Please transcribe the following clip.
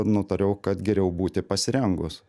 nutariau kad geriau būti pasirengus